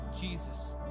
Jesus